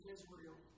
Israel